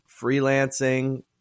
freelancing